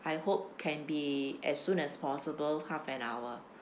I hope can be as soon as possible half an hour